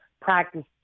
practices